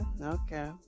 okay